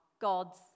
God's